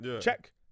check